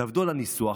תעבדו על הניסוח,